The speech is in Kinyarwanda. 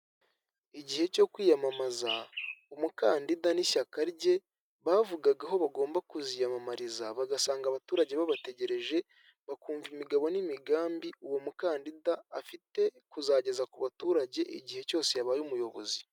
Igihe cyo kwiyamamaza, umukandida n'ishyaka rye bavugaga aho bagomba kuziyamamariza, bagasanga abaturage babategereje, bakumva imigabo n'imigambi uwo mukandida afite kuzageza ku baturage igihe cyose yabaye umuyobozi.